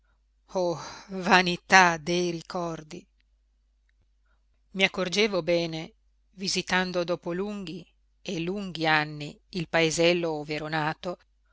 oh vanità dei ricordi i accorgevo bene visitando dopo lunghi e lunghi anni il paesello ov'ero nato